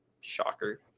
Shocker